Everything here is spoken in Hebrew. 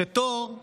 תור הוא